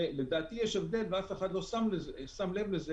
לדעתי יש שם הבדל שאף אחד לא שם לב אליו,